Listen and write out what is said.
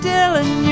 Dylan